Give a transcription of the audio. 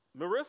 Marissa